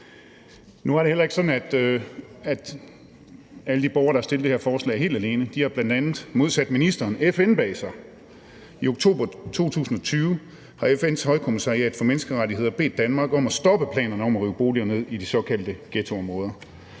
Nu er det også sådan, at alle de borgere, der har stillet det her forslag helt alene, bl.a. – modsat ministeren – har FN bag sig. I oktober 2020 har FN's Højkommissariat for Menneskerettigheder bedt Danmark om at stoppe planerne om at rive boliger ned i de såkaldte ghettoområder